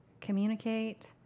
Communicate